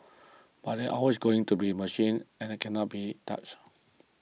but there's always going to be machines and that can not be touched